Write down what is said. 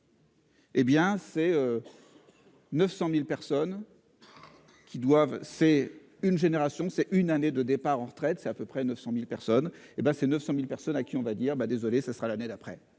Hé bien c'est. 900.000 personnes. Qui doivent c'est une génération. C'est une année de départ en retraite, c'est à peu près 900.000 personnes. Hé ben c'est 900.000 personnes à qui on va dire ben désolé ce sera l'année d'après.